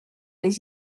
les